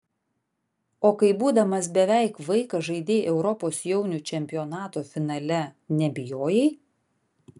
o kai būdamas beveik vaikas žaidei europos jaunių čempionato finale nebijojai